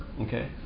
Okay